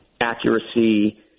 accuracy